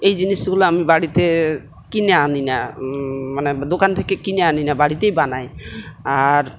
এই জিনিসগুলো আমি বাড়িতে কিনে আনি না মানে দোকান থেকে কিনে আনি না বাড়িতেই বানাই আর